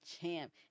champ